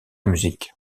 musique